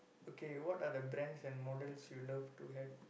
okay what are the brands and models you love to have